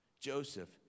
Joseph